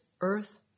earth